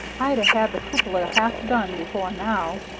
i'd a had the cupola half done before now.